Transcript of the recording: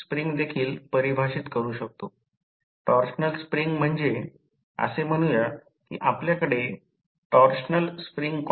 हे दिले जाते की उच्च व्होल्टेज विन्डिंग 230 व्होल्टवर पुरविले जाते कमी व्होल्टेज विन्डिंग शॉर्ट सर्किट आहे